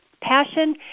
passion